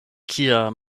kia